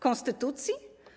Konstytucji?